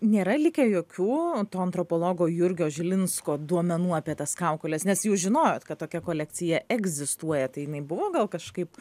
nėra likę jokių to antropologo jurgio žilinsko duomenų apie tas kaukoles nes jūs žinojot kad tokia kolekcija egzistuoja tai jinai buvo gal kažkaip